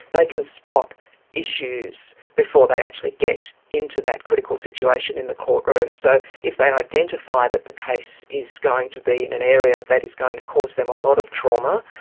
they can spot issues before they actually get into that critical situation in the courtroom. so if they identify that the case is going to be in an area that is going to cause them a lot of trauma,